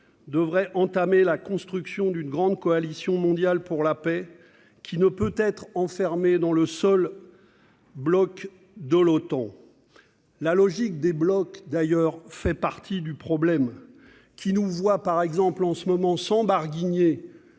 devrait entamer la construction d'une grande coalition mondiale pour la paix, qui ne peut être enfermée dans le seul bloc de l'Otan. La logique des blocs fait partie du problème. Elle nous voit, en ce moment, sans barguigner,